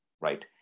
right